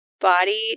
body